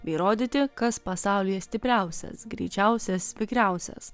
bei rodyti kas pasaulyje stipriausias greičiausias vikriausias